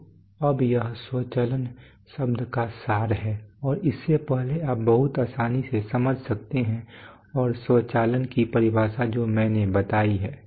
तो अब यह स्वचालन शब्द का सार है और इससे आप बहुत आसानी से समझ सकते हैं और स्वचालन की परिभाषा जो मैंने बनाई है